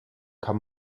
kann